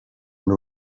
and